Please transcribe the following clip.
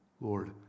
Lord